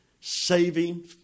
saving